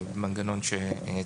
הצעתי מנגנון.